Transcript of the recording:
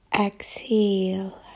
exhale